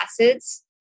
acids